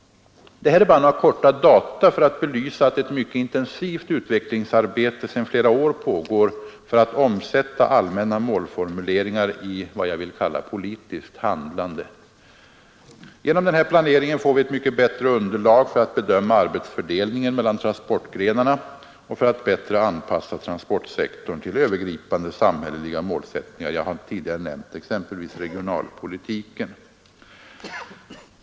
Det här är bara några korta data för att belysa att ett mycket intensivt utvecklingsarbete sedan flera år pågår för att omsätta allmänna målformuleringar i vad jag vill kalla politiskt handlande. Genom den här planeringen får vi ett mycket bättre underlag för att bedöma arbetsfördelningen mellan transportgrenarna och för att bättre anpassa transportsektorn till övergripande samhälleliga målsättningar — jag har tidigare nämnt exempelvis regionalpolitiken.